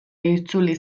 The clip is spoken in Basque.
itzuli